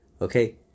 Okay